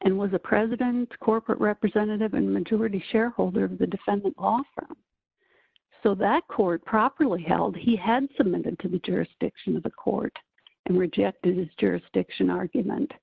and was a president corporate representative and majority shareholder of the defendant off so that court properly held he had submitted to the jurisdiction of the court and rejected his jurisdiction argument